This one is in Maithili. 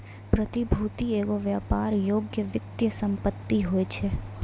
प्रतिभूति एगो व्यापार योग्य वित्तीय सम्पति होय छै